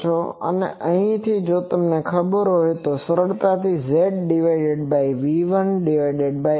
અને અહીંથી જો તમને ખબર હોય તો તમે સરળતાથી ZV1I1 લખી શકો છો